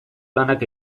lanak